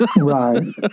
right